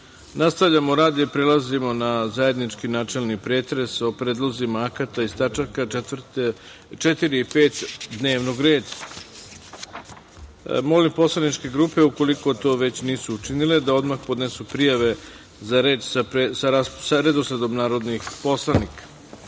Marković. Nastavljamo rad i prelazimo na Zajednički načelni pretres o predlozima akata iz tačaka 4. i 5. dnevnog reda. Molim poslaničke grupe, ukoliko to već nisu učinile, da odmah podnesu prijave za reč sa redosledom narodnih poslanika. Saglasno